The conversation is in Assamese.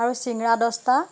আৰু চিংৰা দহটা